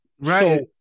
Right